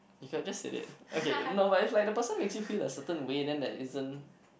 you could have just said it okay no but if like the person makes you feel a certain way then there isn't